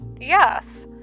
yes